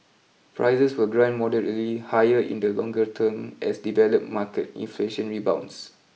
prices will grind moderately higher in the longer term as develop market inflation rebounds